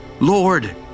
Lord